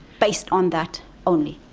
based on that only.